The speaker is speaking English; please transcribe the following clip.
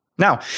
Now